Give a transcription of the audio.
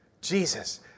Jesus